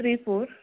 three four